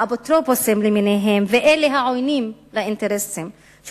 האפוטרופוסים למיניהם ואלה שהם עוינים לאינטרסים של